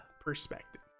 perspective